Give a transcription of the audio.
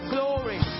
Glory